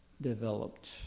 developed